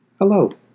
Hello